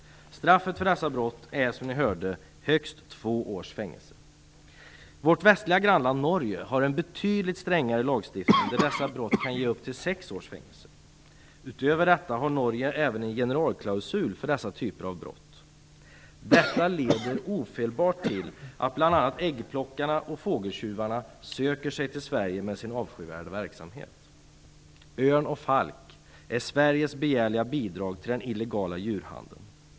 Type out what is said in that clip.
Straffet för dessa brott är som ni hörde högst två års fängelse. Vårt västliga grannland Norge har en betydligt strängare lagstiftning där dessa brott kan ge upp till sex års fängelse. Utöver detta har Norge även en generalklausul för dessa typer av brott. Detta leder ofelbart till att bl.a. äggplockarna och fågeltjuvarna söker sig till Sverige med sin avskyvärda verksamhet. Örn och falk är Sveriges begärliga bidrag till den illegala djurhandeln.